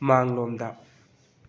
ꯃꯥꯡꯂꯣꯝꯗ